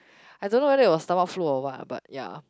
I don't know whether it was stomach flu or what but ya